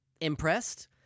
impressed